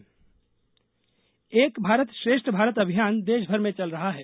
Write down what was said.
एक भारत श्रेष्ठ भारत एक भारत श्रेष्ठ भारत अभियान देश भर में चल रहा है